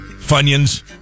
Funyuns